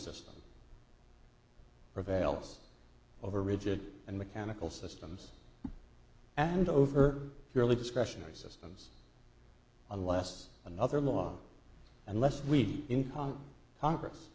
system prevails over rigid and mechanical systems and over purely discretionary systems unless another law unless we encountered congress